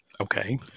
okay